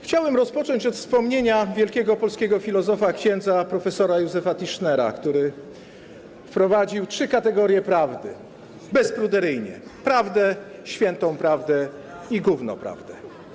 Chciałem rozpocząć od wspomnienia wielkiego polskiego filozofa - ks. prof. Józefa Tischnera, który wprowadził trzy kategorie prawdy, bezpruderyjnie mówiąc: prawdę, świętą prawdę i gówno prawdę.